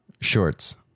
shorts